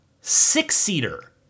six-seater